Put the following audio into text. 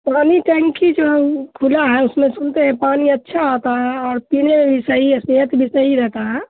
پانی ٹنکی جو ہے کھلا ہے اس میں سنتے ہیں پانی اچھا آتا ہے اور پینے میں بھی صحیح ہے صحت بھی صحیح رہتا ہے